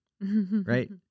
Right